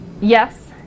yes